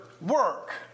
work